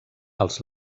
als